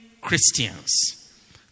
Christians